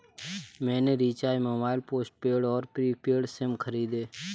मैंने recharge mobile postpaid और prepaid SIM खरीदे